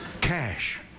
Cash